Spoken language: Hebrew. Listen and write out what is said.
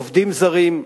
עובדים זרים,